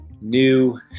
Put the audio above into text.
new